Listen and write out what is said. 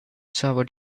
sobered